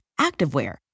activewear